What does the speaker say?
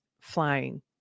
flying